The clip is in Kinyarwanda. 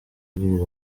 abwira